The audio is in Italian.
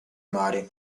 mare